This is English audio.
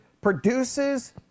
produces